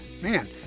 man